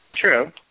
True